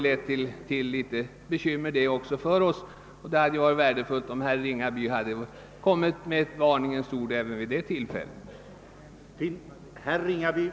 Det hade därför varit värdefullt om herr Ringaby hade kommit med ett varningens ord även när det namnbytet bestämdes.